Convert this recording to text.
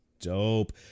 dope